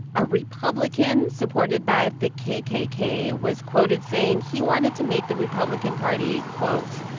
a republican supported by the kkk, was quoted saying he wanted to make the republican party, quote,